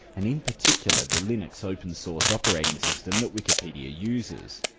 and in particular the linux open source operating system that wikipedia uses.